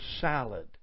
salad